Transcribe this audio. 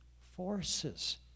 forces